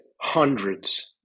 Hundreds